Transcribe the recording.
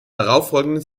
darauffolgenden